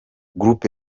group